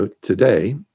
today